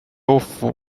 州府